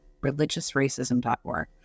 religiousracism.org